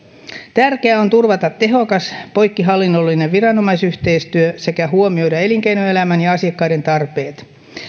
tärkeää on turvata tehokas poikkihallinnollinen viranomaisyhteistyö sekä huomioida elinkeinoelämän ja asiakkaiden tarpeet